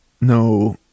no